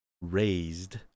raised